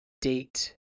date